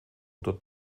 oder